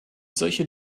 solche